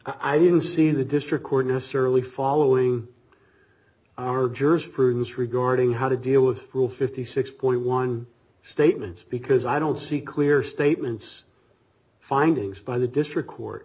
i didn't see the district court necessarily following are jurors prudence regarding how to deal with rule fifty six point one statements because i don't see clear statements findings by the district court